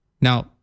Now